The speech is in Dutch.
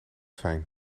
fijn